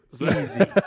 Easy